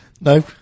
No